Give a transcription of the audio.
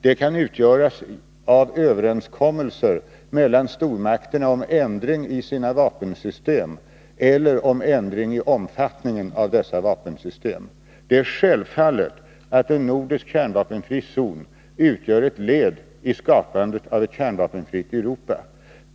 Det kan också utgöras av överenskommelser mellan stormakterna om ändring i deras vapensystem eller i omfattningen av dessa vapensystem. Det är självklart att en nordisk kärnvapenfri zon utgör ett led i skapandet av ett kärnvapenfritt Europa.